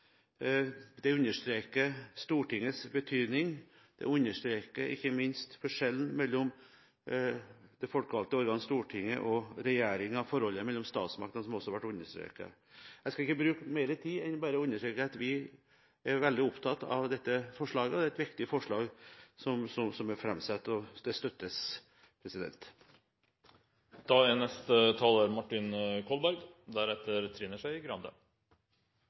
Det understreker Stortingets betydning. Det understreker ikke minst forskjellen mellom det folkevalgte organ Stortinget og regjeringen – forholdet mellom statsmaktene, slik som det også ble understreket. Jeg skal ikke bruke mer tid, men bare understreke at vi er veldig opptatt av dette forslaget, og det er et viktig forslag som er framsatt. Det støttes. Jeg vil først si at jeg synes det initiativet som er